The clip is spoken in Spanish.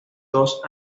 dos